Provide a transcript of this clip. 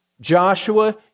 Joshua